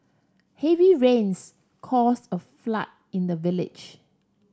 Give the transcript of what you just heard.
heavy rains caused a flood in the village